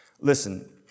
Listen